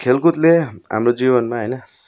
खेलकुदले हाम्रो जीवनमा होइन